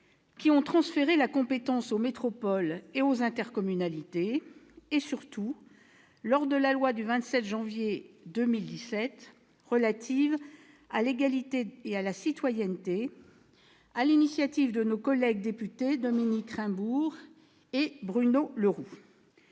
qui ont transféré la compétence aux métropoles et aux intercommunalités, et surtout au travers de la loi du 27 janvier 2017 relative à l'égalité et à la citoyenneté adoptée sur l'initiative des députés Dominique Raimbourg et Bruno Le Roux.